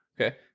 Okay